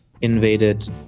invaded